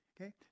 Okay